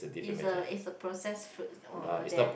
is a is a process fruits over there